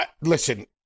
listen